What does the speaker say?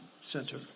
Center